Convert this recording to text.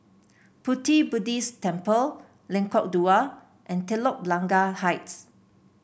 Pu Ti Buddhist Temple Lengkok Dua and Telok Blangah Heights